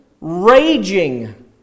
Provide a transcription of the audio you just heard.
raging